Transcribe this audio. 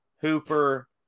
Hooper